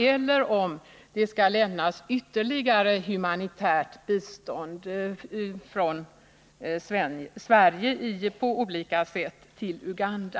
Eller skall det lämnas ytterligare humanitärt bistånd på olika sätt från Sverige till Uganda?